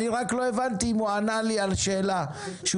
רק לא הבנתי מה הוא ענה לי לשאלה שהוא